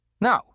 No